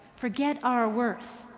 forget our worth,